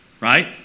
Right